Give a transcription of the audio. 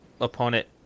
opponent